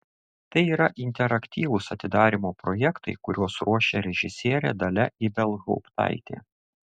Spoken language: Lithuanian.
tai yra interaktyvūs atidarymo projektai kuriuos ruošia režisierė dalia ibelhauptaitė